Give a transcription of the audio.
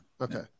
Okay